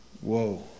whoa